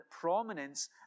prominence